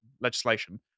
legislation